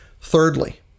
Thirdly